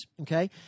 okay